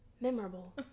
memorable